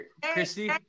christy